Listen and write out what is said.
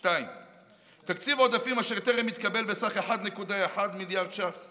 2. תקציב עודפים אשר טרם התקבל בסך 1.1 מיליארד ש"ח,